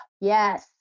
yes